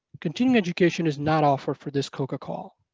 continuing education is not offered for this coca call.